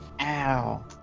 Ow